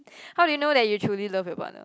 how did you know that you truly love you partner